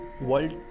World